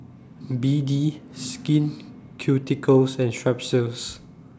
B D Skin Ceuticals and Strepsils